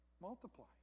Multiply